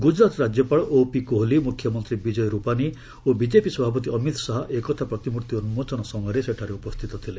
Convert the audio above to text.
ଗୁଜରାତ୍ ରାଜ୍ୟପାଳ ଓପି କୋହଲି ମୁଖ୍ୟମନ୍ତ୍ରୀ ବିଜୟ ରୂପାନୀ ଓ ବିଜେପି ସଭାପତି ଅମିତ ଶାହା ଏକତା ପ୍ରତିମୂର୍ତ୍ତି ଉନ୍କୋଚନ ସମୟରେ ସେଠାରେ ଉପସ୍ଥିତ ଥିଲେ